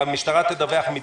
"המשטרה תדווח,